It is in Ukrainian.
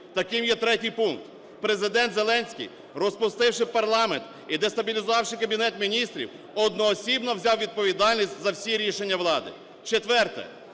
Таким є третій пункт. Президент Зеленський, розпустивши парламент і дестабілізувавши Кабінет Міністрів, одноосібно взяв відповідальність за всі рішення влади. Четверте.